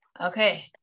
Okay